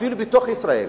אפילו בתוך ישראל,